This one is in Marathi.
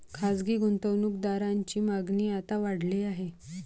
खासगी गुंतवणूक दारांची मागणी आता वाढली आहे